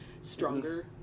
stronger